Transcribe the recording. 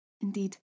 Indeed